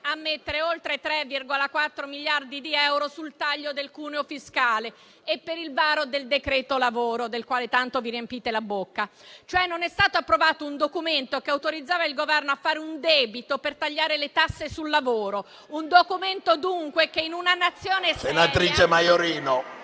a mettere oltre 3,4 miliardi di euro sul taglio del cuneo fiscale e per il varo del decreto lavoro, del quale tanto vi riempite la bocca. In sostanza, non è stato approvato un documento che autorizzava il Governo a fare un debito per tagliare le tasse sul lavoro; un documento, dunque, che in una Nazione seria... *(Commenti)*.